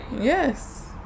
yes